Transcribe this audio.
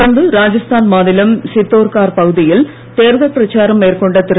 தொடர்ந்து ராஜஸ்தான் மாநிலம் சித்தோர்கார் பகுதியில் தேர்தல் பிரச்சாரம் மேற்கொண்ட திரு